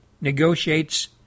negotiates